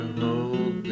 hold